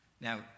Now